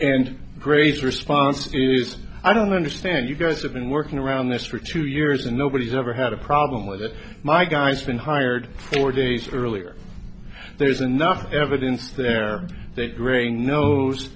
and gray's response is i don't understand you guys i've been working around this for two years and nobody's ever had a problem with it my guy's been hired or days earlier there's enough evidence there th